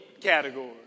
category